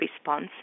response